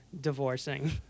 divorcing